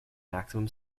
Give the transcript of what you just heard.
maximum